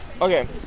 Okay